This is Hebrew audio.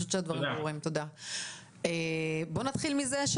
בואו נתחיל מזה: